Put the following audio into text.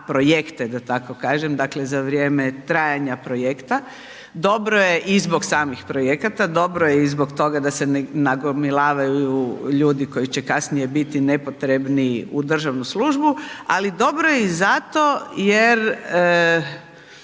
projekte da tako kažem, dakle za vrijeme trajanja projekta, dobro je i zbog samih projekata, dobro je i zbog toga da se ne nagomilavaju ljudi koji će kasnije biti nepotrebni u državnu službu ali dobro je i zato jer